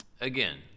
Again